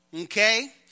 Okay